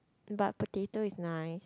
but potato is nice